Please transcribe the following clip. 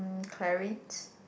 Clarins